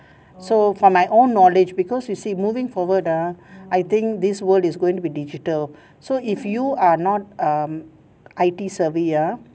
so for my own knowledge because you see moving forward ah I think this world is going to be digital so if you are not um I_T savvy ah